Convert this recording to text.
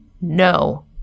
No